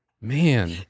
man